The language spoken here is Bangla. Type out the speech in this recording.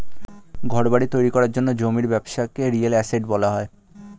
ঘরবাড়ি তৈরি করার জন্য জমির ব্যবসাকে রিয়েল এস্টেট বলা হয়